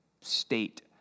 state